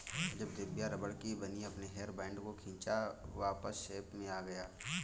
जब दिव्या रबड़ की बनी अपने हेयर बैंड को खींचा वापस शेप में आ गया